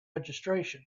registration